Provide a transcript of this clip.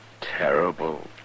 terrible